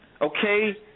okay